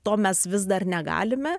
to mes vis dar negalime